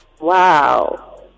Wow